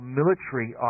military